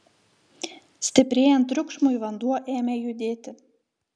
stiprėjant triukšmui vanduo ėmė judėti